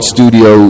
Studio